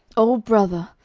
oh, brother,